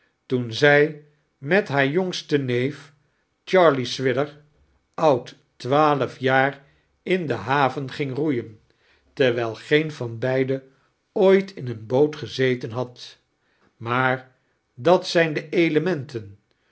toen zij met haar jongsten neef charley swidger oud twaalf jaar in de haven ging roeien terwijl geen van beiden ooit in een boot gezeten had maar dat zijn de elementen